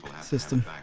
system